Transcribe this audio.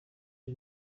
the